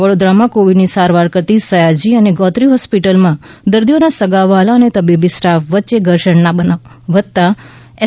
વડોદરામાં કોવિડની સારવાર કરતી સયાજી અને ગોત્રી હોસ્પિટલ માં દર્દીઓ ના સગાવહાલા અને તબીબી સ્ટાફ વચ્ચે ઘર્ષણ ના બનાવ વધતાં એસ